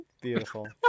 Beautiful